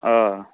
آ